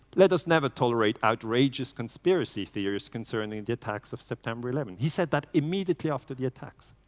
let us never tolerate outrageous conspiracy theories concerning the attacks of september eleven. he said that immediately after the attacks.